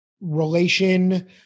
relation